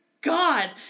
god